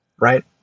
Right